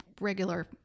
regular